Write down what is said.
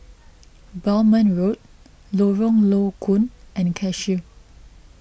Belmont Road Lorong Low Koon and Cashew